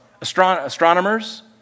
Astronomers